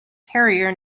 terrier